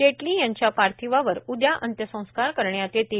जेटली यांच्या पार्थिवावर उद्या अंत्यसंस्कार करण्यात येतील